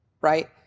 right